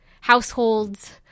households